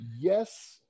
yes